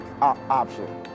option